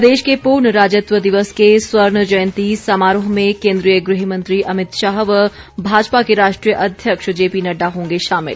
प्रदेश के पूर्ण राज्यत्व दिवस के स्वर्ण जयंती समारोह में केंद्रीय गृह मंत्री अमित शाह व भाजपा के राष्ट्रीय अध्यक्ष जे पी नड्डा होंगे शामिल